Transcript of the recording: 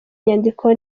nyandiko